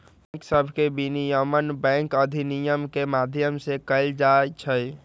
bank सभके विनियमन bank अधिनियम के माध्यम से कएल जाइ छइ